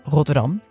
Rotterdam